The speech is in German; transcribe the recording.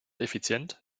effizient